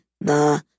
Nah